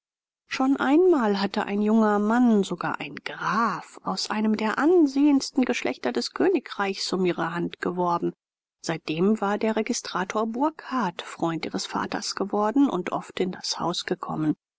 schon einmal hatte ein junger mann sogar ein graf aus einem der angesehensten geschlechter des königreichs um ihre hand geworben seitdem war der registrator burkhardt freund ihres vaters geworden und oft in das haus gekommen